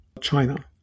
China